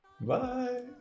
Bye